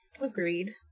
Agreed